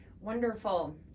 Wonderful